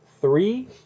three